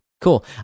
Cool